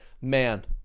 man